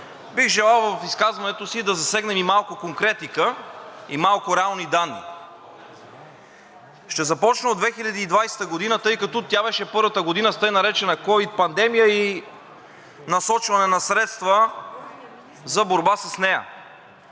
бих желал в изказването си да засегна и малко конкретика, и малко реални данни. Ще започна от 2020 г., тъй като тя беше първата година с така наречена ковид пандемия и насочване на средства за борба с нея.